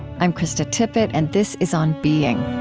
i'm krista tippett, and this is on being.